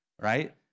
right